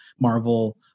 Marvel